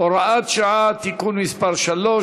(הוראת שעה) (תיקון מס' 3),